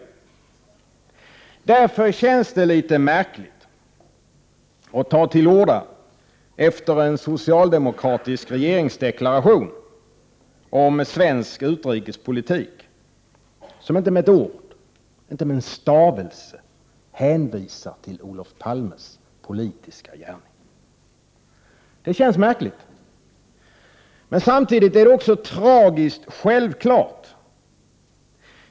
Därför känns det litet märkligt att ta till orda efter en socialdemokatisk regeringsdeklaration om svensk utrikespolitik som inte med ett ord, inte med en stavelse, hänvisar till Olof Palmes politiska gärning. Det känns märkligt. Men samtidigt är det också tragiskt självklart.